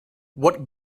what